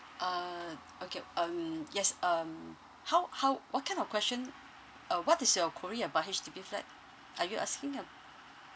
uh okay um yes um how how what kind of question uh what is your query about H_D_B flat are you asking ab~